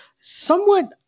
Somewhat